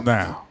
now